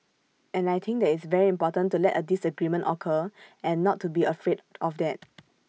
and I think that it's very important to let A disagreement occur and not to be afraid of that